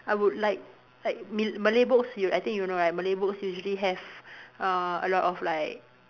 I would like like mil~ Malay books you I think you know right Malay books usually have uh a lot of like